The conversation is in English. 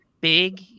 big